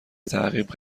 تعقیب